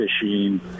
fishing